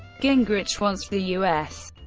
gingrich wants the u s.